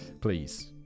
please